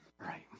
Right